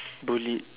bullied